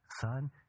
Son